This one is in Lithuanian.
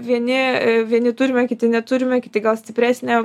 vieni vieni turime kiti neturime kiti gal stipresnę